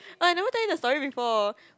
oh I never tell you the story before